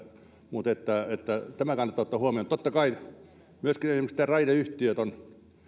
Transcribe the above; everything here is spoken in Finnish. mutta tämä kannattaa ottaa huomioon totta kai myöskin esimerkiksi nämä raideyhtiöt on